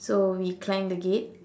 so we climb the gate